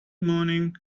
morning